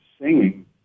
singing